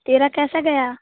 तेरा कैसा गया